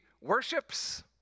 worships